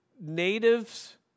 natives